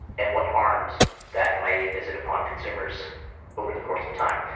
and what harms that may visit upon consumers over the course of time.